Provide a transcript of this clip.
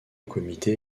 comité